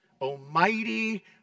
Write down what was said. Almighty